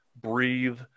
breathe